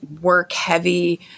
work-heavy